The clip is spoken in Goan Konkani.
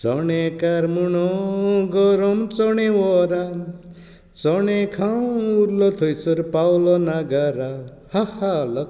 चोणेकार म्हुणो गोरोम चोणे व्होरान चोणे खावन उल्लो थंयसर पावलो ना गारा हा हा लक